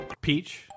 Peach